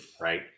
right